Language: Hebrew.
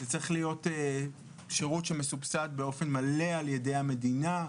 זה צריך להיות שירות שמסובסד באופן מלא על ידי המדינה,